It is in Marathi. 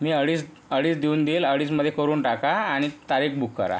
मी अडीच अडीच देऊन देईल अडीचमध्ये करून टाका आणि तारीख बुक करा